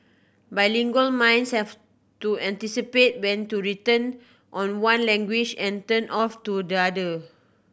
bilingual minds have to anticipate when to turn on one language and turn off to the other